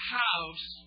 house